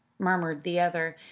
murmured the other,